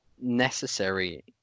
necessary